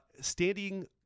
standing